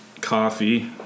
coffee